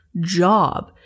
job